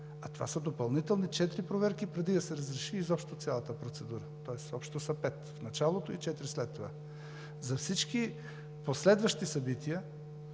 А това са допълнителни четири проверки преди да се разреши изобщо цялата процедура, тоест общо са пет – в началото и четири след това. За всички последващи събития